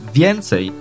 więcej